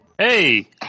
Hey